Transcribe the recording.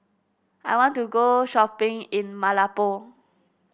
I want to go shopping in Malabo